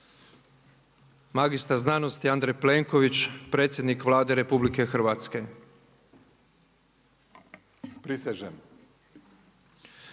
Magistar znanosti Andrej Plenković, predsjednik Vlade Republike Hrvatske.